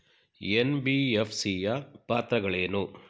NBFC ಯ ಪಾತ್ರಗಳೇನು?